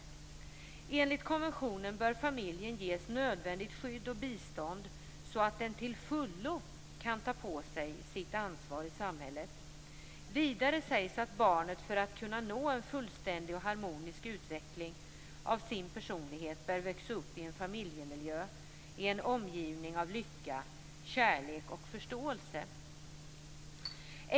Enligt konventionen bör familjen ges nödvändigt skydd och bistånd så att den till fullo kan ta på sig sitt ansvar i samhället. Vidare sägs att barnet för att nå en fullständig och harmonisk utveckling av sin personlighet bör växa upp i en familjemiljö i en omgivning av lycka, kärlek och förståelse.